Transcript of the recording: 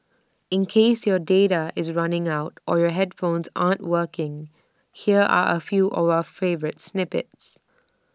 in case your data is running out or your earphones aren't working here are A few of our favourite snippets